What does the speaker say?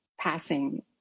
passing